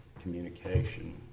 communication